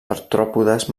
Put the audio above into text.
artròpodes